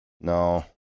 No